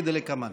כדלקמן: